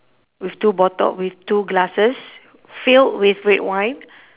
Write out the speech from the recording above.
with two bottle with two glasses filled with red wine